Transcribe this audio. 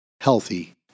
healthy